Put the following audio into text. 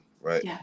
right